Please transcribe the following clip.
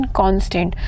constant